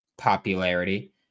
popularity